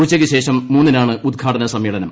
ഉച്ചയ്ക്ക് ശേഷം മൂന്നിനാണ് ഉദ്ഘാടന സമ്മേളനം